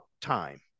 time